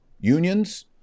unions